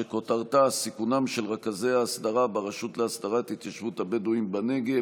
שכותרתה: סיכונם של רכזי ההסדרה ברשות להסדרת התיישבות הבדואים בנגב.